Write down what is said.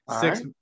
six